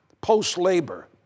post-labor